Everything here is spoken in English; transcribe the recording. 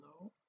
no